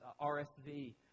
RSV